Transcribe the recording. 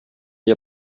wir